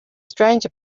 stranger